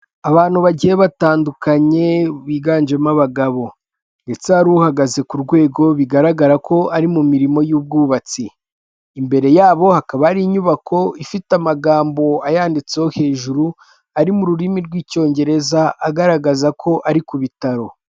Abantu bagiye batandukanye biganjemo abagabo, ndetse hari uhagaze ku rwego bigaragara ko ari mu mirimo y'ubwubatsi, imbere yabo hakaba hari inyubako ifite amagambo ayanditseho hejuru ari mu rurimi rw'icyongereza agaragaza ko ari ku bitaro.